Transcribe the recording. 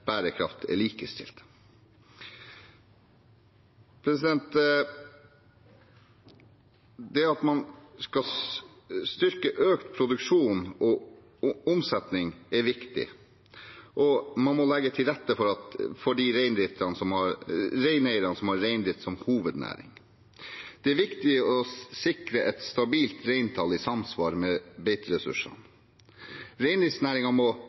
omsetning, er viktig, og man må legge til rette for de reineierne som har reindrift som hovednæring. Det er viktig å sikre et stabilt reintall i samsvar med beiteressursene. Reindriftsnæringen må